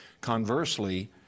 Conversely